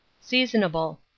Seasonable